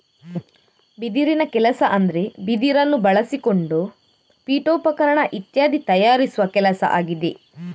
ಬಿದಿರಿನ ಕೆಲಸ ಅಂದ್ರೆ ಬಿದಿರನ್ನ ಬಳಸಿಕೊಂಡು ಪೀಠೋಪಕರಣ ಇತ್ಯಾದಿ ತಯಾರಿಸುವ ಕೆಲಸ ಆಗಿದೆ